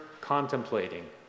contemplating